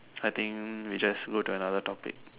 I think we just go into another topic